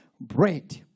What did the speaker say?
bread